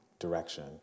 direction